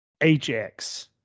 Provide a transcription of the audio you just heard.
HX